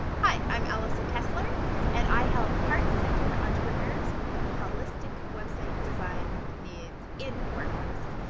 hi, i'm alison kessler and i help heart-centered entrepreneurs with their holistic website design needs in wordpress.